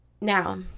Now